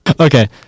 okay